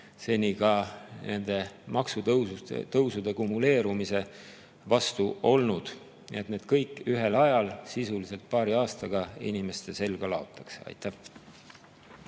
seni olnud nende maksutõusude kumuleerumise vastu, kui need kõik ühel ajal, sisuliselt paari aastaga inimestele selga laotakse. Aitäh!